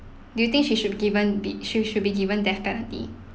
do you think she should given be she should be given death penalty